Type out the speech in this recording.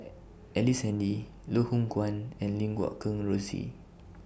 Ellice Handy Loh Hoong Kwan and Lim Guat Kheng Rosie